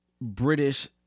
British